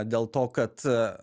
dėl to kad